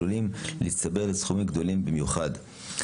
עלולים להצטבר לסכומים גבוהים במיוחד.